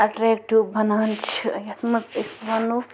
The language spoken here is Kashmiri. ایٹریکٹو بنان چھِ یَتھ منٛز أسۍ وَنَو